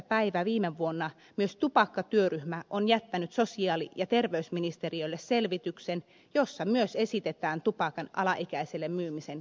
päivänä viime vuonna tupakkatyöryhmä on jättänyt sosiaali ja terveysministeriölle selvityksen jossa myös esitetään tupakan alaikäiselle myymisen kriminalisoimista